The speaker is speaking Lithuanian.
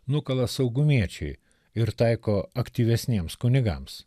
nukala saugumiečiai ir taiko aktyvesniems kunigams